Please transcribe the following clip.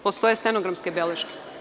Postoje stenografske beleške.